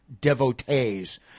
devotees